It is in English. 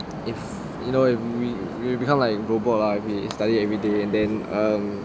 if you know if you become like robot lah if you study everyday and then um